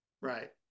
Right